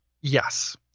Yes